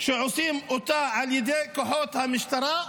שעושים כוחות המשטרה,